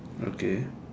okay